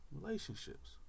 relationships